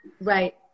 Right